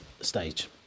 stage